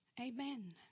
Amen